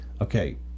Okay